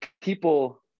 people